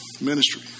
ministry